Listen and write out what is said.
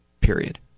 period